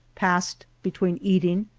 passed between eating,